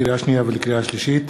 לקריאה שנייה ולקריאה שלישית: